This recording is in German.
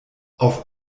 auf